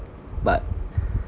but